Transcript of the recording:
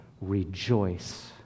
rejoice